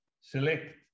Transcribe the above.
select